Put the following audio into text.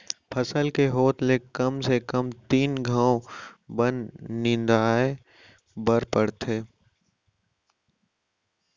फसल के होत ले कम से कम तीन घंव बन निंदवाए बर परथे